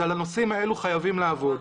אז על הנושאים האלה חייבים לעבוד,